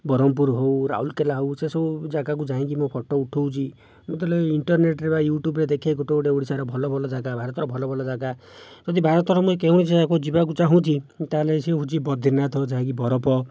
ବ୍ରହ୍ମପୁର ହେଉ ରାଉରକେଲା ହେଉ ସେ ସବୁ ଜାଗାକୁ ଯାଇଁକି ମୁଁ ଫଟୋ ଉଠାଉଛି ଯେତେବେଳେ ଇଣ୍ଟର୍ନେଟରେ ବା ୟୁଟ୍ୟୁବରେ ଦେଖେ ଗୋଟେ ଗୋଟେ ଓଡ଼ିଶାର ଭଲ ଭଲ ଜାଗା ଭାରତର ଭଲ ଭଲ ଜାଗା ଯଦି ଭାରତର ମୁଁ କେଉଁ ଜାଗାକୁ ଯିବାକୁ ଚାହୁଁଛି ତାହେଲେ ସିଏ ହେଉଛି ବଦ୍ରିନାଥର ଯାଇକି ବରଫ